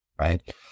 right